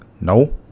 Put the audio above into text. no